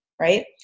right